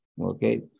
Okay